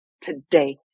today